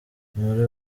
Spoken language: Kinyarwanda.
muri